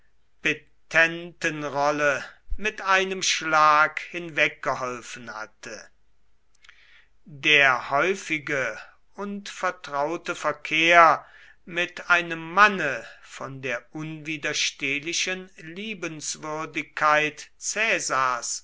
petentenrolle mit einem schlag hinweggeholfen hatte der häufige und vertraute verkehr mit einem manne von der unwiderstehlichen liebenswürdigkeit caesars